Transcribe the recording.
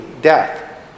death